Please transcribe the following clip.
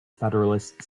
federalist